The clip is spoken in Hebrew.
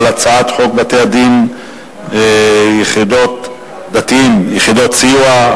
הצעת חוק בתי-דין דתיים (יחידות סיוע),